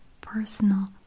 personal